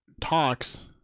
talks